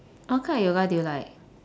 what kind of yoga do you like